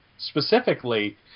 specifically